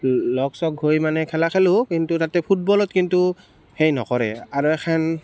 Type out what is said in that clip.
লগ চগ হৈ মানে খেলা খেলোঁ কিন্তু তাতে ফুটবলত কিন্তু সেই নকৰে আৰু এখন